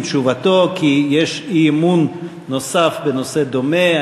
תשובתו כי יש אי-אמון נוסף בנושא דומה.